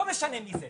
לא משנה מי זה.